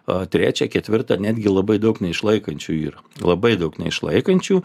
o trečią ketvirtą netgi labai daug neišlaikančiųjų yra labai daug neišlaikančių